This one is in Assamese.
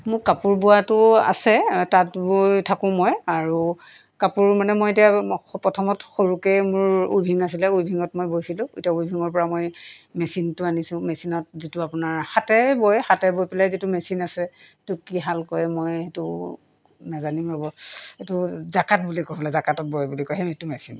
মোৰ কাপোৰ বোৱাটো আছে তাঁত বয় থাকোঁ মই আৰু কাপোৰ মানে মই এতিয়া প্ৰথমত সৰুকৈ মোৰ উইভিং আছিলে উইভিঙত মই বয়ছিলোঁ এতিয়া উইভিঙৰ পৰা মই মেচিনটো আনিছোঁ মেচিনত যিটো আপোনাৰ হাতেৰে বয় হাতে বৈ পেলাই যিটো মেচিন আছে সেইটো কি শাল কয় মই সেইটো নাজানিম ৰ'ব এইটো জাকাত বুলি ক'ব জাকাতত বয় বুলি কয় সেইটো মেচিন